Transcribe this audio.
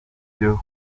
byo